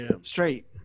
straight